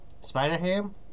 Spider-Ham